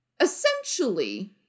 essentially